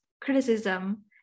criticism